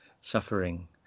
suffering